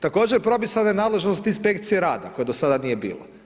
Također propisana je nadležnost inspekcije rada koje do sada nije bilo.